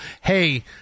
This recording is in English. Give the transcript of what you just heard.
hey